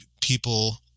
people